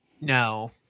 No